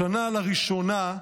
השנה, לראשונה,